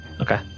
Okay